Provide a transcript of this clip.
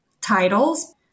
titles